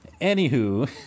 Anywho